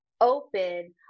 open